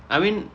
I mean